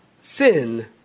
sin